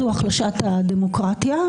זה החלשת הדמוקרטיה,